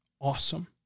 awesome